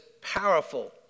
powerful